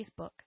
Facebook